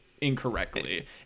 incorrectly